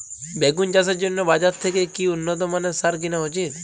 বেগুন চাষের জন্য বাজার থেকে কি উন্নত মানের সার কিনা উচিৎ?